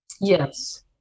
yes